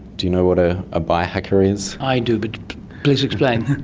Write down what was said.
do you know what a ah biohacker is? i do but please explain.